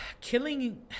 killing